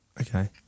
Okay